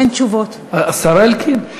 אין תשובות, השר אלקין?